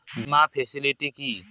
বীমার ফেসিলিটি কি?